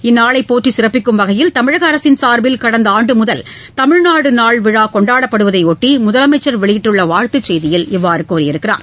இந்நாளை போற்றி சிறப்பிக்கும் வகையில் தமிழக அரசின் சார்பில் கடந்த ஆண்டு முதல் தமிழ்நாடு விழா கொண்டாடப்படுவதையொட்டி முதலமைச்சர் வெளியிட்டுள்ள வாழ்த்துச் செய்தியில் இவ்வாறு நாள் கூறியிருக்கிறார்